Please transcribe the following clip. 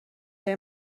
لای